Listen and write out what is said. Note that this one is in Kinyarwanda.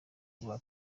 rwa